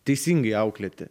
teisingai auklėti